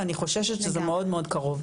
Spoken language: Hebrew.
ואני חוששת שזה מאוד מאוד קרוב.